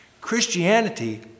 Christianity